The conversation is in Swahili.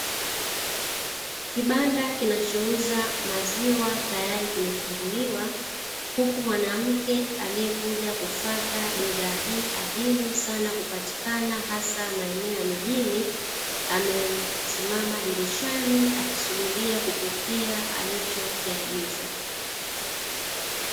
Kibanda kinachouza maziwa tayari kimefunguliwa, huku mwanamke aliyekuja kufuata bidhaa hii adimu sana kupatikana hasa maeneo ya mijini, amesimama dirishani akisubiria kupokea alichokiagiza.